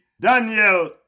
Daniel